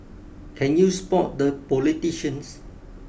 can you spot the politicians